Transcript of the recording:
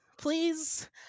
please